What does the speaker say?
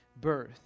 birth